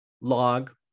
log